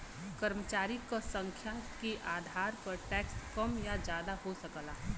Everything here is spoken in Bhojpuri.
कर्मचारी क संख्या के आधार पर टैक्स कम या जादा हो सकला